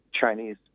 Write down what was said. Chinese